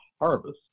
harvest